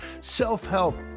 self-help